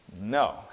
No